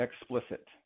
explicit